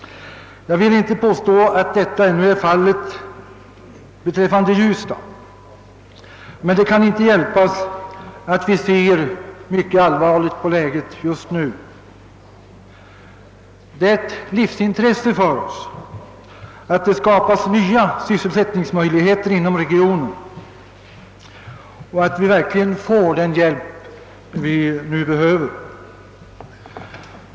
Jag vill inte påstå att ett sådant läge råder i ljusdalsregionen, men vi måste faktiskt se mycket allvarligt på situationen just nu. Det är ett livsintresse för oss att det skapas nya sysselsättningsmöjligheter inom regionen och att vi verkligen får den hjälp vi behöver.